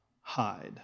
hide